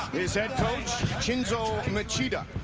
his head coach, shinzo machita.